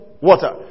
water